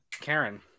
Karen